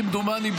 כמדומני,